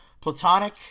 Platonic